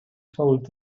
told